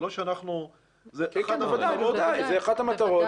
כן, בוודאי, זו אחת המטרות.